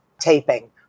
taping